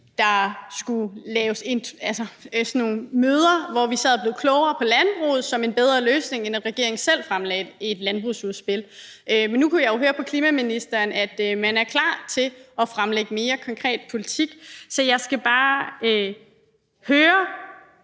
der skulle være sådan nogle møder, hvor vi sad og blev klogere på landbruget, som en bedre løsning, end at regeringen selv fremlagde et landbrugsudspil. Men nu kunne jeg jo høre på klimaministeren, at man er klar til at fremlægge mere konkret politik. Så jeg skal bare høre